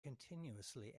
continuously